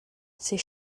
ces